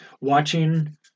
watching